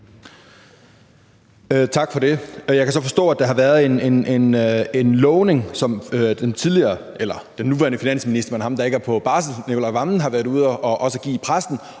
Tak for det. Jeg kan så forstå, at der har været en lovning, som den nuværende finansminister, der er på barsel, har været ude med i pressen,